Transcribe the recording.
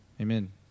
amen